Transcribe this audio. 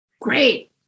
great